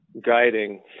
guiding